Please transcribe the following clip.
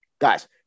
guys